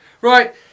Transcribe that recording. Right